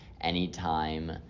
anytime